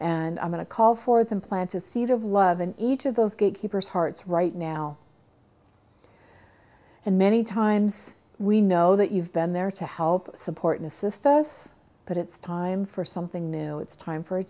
and i'm going to call for them planted a seed of love in each of those gatekeepers hearts right now and many times we know that you've been there to help support and assist us but it's time for something new it's time for a